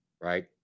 Right